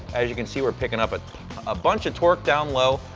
as you can see, we're picking up but a bunch of torque down low.